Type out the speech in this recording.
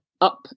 up